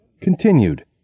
Continued